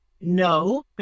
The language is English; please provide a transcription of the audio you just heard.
No